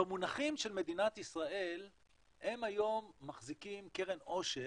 במונחים של מדינת ישראל הם היום מחזיקים קרן עושר,